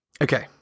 okay